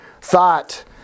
thought